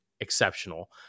exceptional